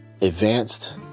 advanced